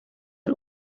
her